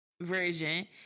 version